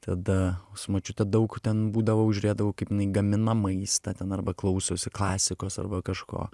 tada močiutė daug ten būdavau žiūrėdavau kaip jinai gamina maistą ten arba klausosi klasikos arba kažko